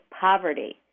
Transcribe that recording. poverty